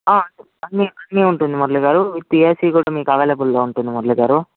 అన్నీ అన్నీ ఉంటుంది మురళి గారు మీకు టీఎస్సి కూడా మీకు అవైలబుల్లో ఉంటుంది మురళి గారు